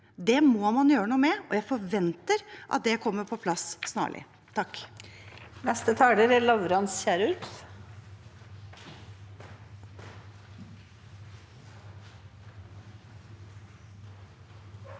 Det må man gjøre noe med, og jeg forventer at det kommer på plass snarlig.